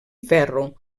ferro